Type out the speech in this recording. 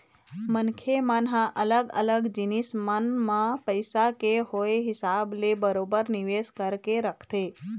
मनखे मन ह अलग अलग जिनिस मन म पइसा के होय हिसाब ले बरोबर निवेश करके रखथे